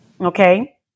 okay